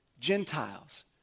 Gentiles